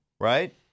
Right